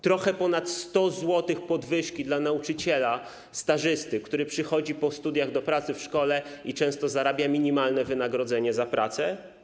Trochę ponad 100 zł podwyżki dla nauczyciela stażysty, który przychodzi po studiach do pracy w szkole i często otrzymuje minimalne wynagrodzenie za pracę?